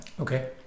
okay